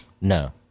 No